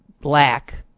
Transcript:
black